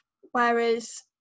Whereas